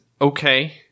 okay